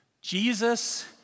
Jesus